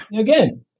again